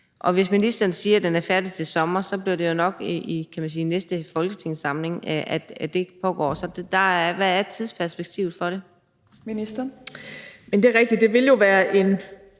Og hvis ministeren siger, at den er færdig til sommer, bliver det jo nok i næste folketingssamling, at det pågår. Så hvad er tidsperspektivet for det? Kl. 18:19 Fjerde næstformand